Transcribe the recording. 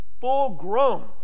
full-grown